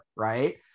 Right